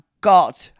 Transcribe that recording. god